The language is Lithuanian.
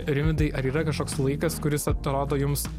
rimvydai ar yra kažkoks laikas kuris atrodo jums